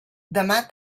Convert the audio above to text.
demà